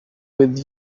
with